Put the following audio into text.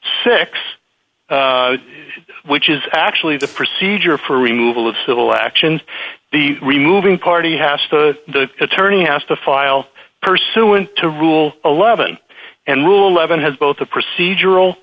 six which is actually the procedure for removal of civil actions the removing party has the attorney has to file pursuant to rule eleven and rule eleven has both a procedural